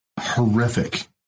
horrific